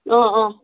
অ অ